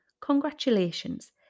Congratulations